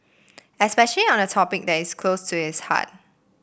especially on a topic that is close to his heart